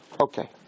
okay